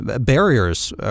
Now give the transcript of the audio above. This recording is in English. barriers